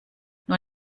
nur